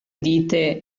dite